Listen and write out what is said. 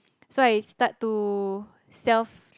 so I start to self